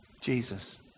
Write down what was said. Jesus